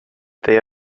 they